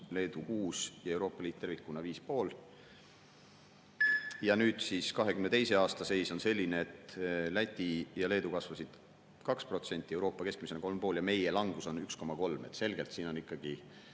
Leedu 6% ja Euroopa Liit tervikuna 5,5%. Ja nüüd siis 2022. aasta seis oli selline, et Läti ja Leedu kasvasid 2%, Euroopa keskmine oli 3,5% ja meie langus oli 1,3%. Selgelt on ikkagi